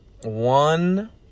one